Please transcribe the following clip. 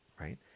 right